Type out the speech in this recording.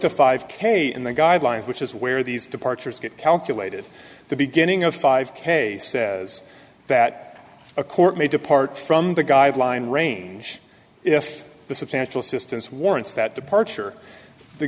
to five k in the guidelines which is where these departures get calculated the beginning of five k says that a court may depart from the guideline range if the substantial assistance warrants that departure the